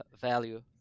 value